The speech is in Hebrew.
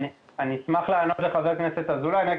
אשמח לענות לחבר הכנסת אזולאי,